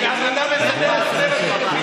חבר הכנסת פינדרוס.